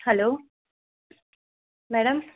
hello madam